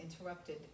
interrupted